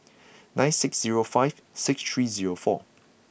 nine six zero five six three zero four